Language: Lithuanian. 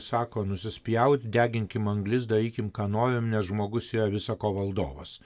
sako nusispjaut deginkim anglis darykim ką norim nes žmogus ją visa ko valdovas